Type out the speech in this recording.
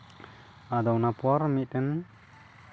ᱟᱫᱚ ᱚᱱᱟ ᱯᱚᱨ ᱢᱤᱫᱴᱮᱱ